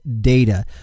data